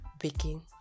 begin